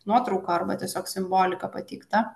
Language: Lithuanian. nuotrauka arba tiesiog simbolika pateikta